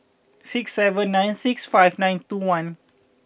six seven nine six five nine two one